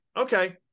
okay